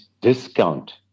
discount